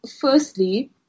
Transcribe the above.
firstly